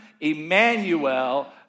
Emmanuel